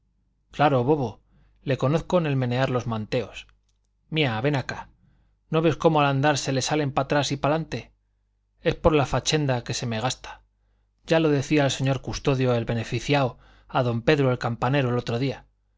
claro bobo le conozco en el menear los manteos mia ven acá no ves cómo al andar le salen pa tras y pa lante es por la fachenda que se me gasta ya lo decía el señor custodio el beneficiao a don pedro el campanero el otro día